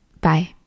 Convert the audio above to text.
Bye